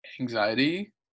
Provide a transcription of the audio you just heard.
anxiety